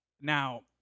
now